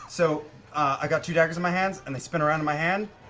so i got two daggers in my hands, and they spin around in my hand,